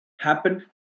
happen